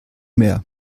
mehr